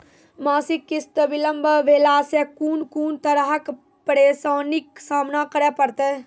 मासिक किस्त बिलम्ब भेलासॅ कून कून तरहक परेशानीक सामना करे परतै?